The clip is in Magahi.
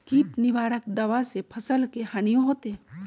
किट निवारक दावा से फसल के हानियों होतै?